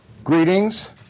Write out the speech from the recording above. Greetings